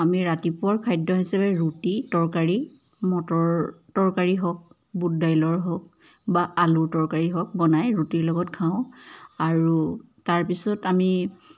আমি ৰাতিপুৱাৰ খাদ্য হিচাপে ৰুটি তৰকাৰী মটৰৰ তৰকাৰী হওক বুট দাইলৰ হওক বা আলুৰ তৰকাৰী হওক বনাই ৰুটিৰ লগত খাওঁ আৰু তাৰপিছত আমি